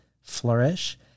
flourish